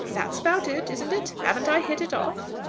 that's about it, isn't it? haven't i hit it off?